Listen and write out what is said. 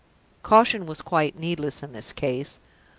caution was quite needless in this case.